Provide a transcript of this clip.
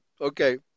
Okay